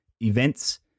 events